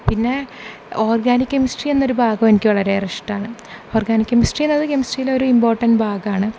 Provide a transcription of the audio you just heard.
പിന്നെ organic chemistry എന്നൊരു ഭാഗം എനിക്ക് വളരെയേറെ ഇഷ്ടമാണ് ഓർഗാനിക് കെമിസ്ട്രി എന്നത് കെമിസ്ട്രിയിലെ ഒരിമ്പോർട്ടൻട് ഭാഗമാണ്